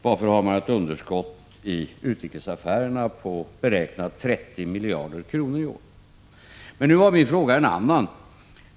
Varför har man ett underskott i utrikesaffärerna som i år beräknas till 30 miljarder kronor? Men nu var min fråga en annan.